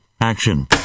Action